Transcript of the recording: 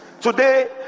today